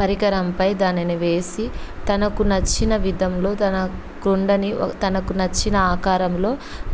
పరికరంపై దానిని వేసి తనకు నచ్చిన విధంలో తన కుండని తనకు నచ్చిన ఆకారంలో